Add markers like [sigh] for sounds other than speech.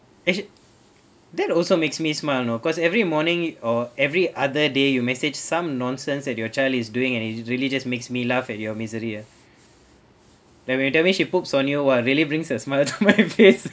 actual~ that also makes me smile you know cause every morning or every other day you message some nonsense that your child is doing and it really just makes me laugh at your misery ah like when you tell me she poops on you !wah! really brings a smile to [laughs] my face